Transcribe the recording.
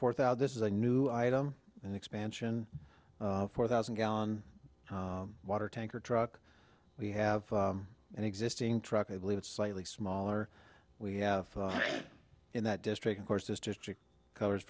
fourth out this is a new item and expansion four thousand gallon water tanker truck we have an existing truck i believe it's slightly smaller we have in that district of course is just covers